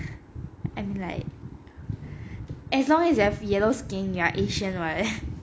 I'm like as long as you have yellow skin you're asian [what]